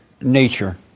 nature